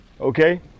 Okay